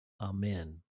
Amen